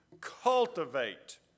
cultivate